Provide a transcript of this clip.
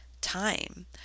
time